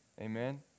Amen